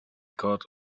caught